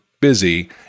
busy